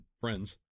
friends